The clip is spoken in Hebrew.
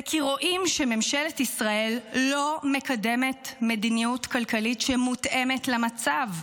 זה כי רואים שממשלת ישראל לא מקדמת מדיניות כלכלית שמותאמת למצב,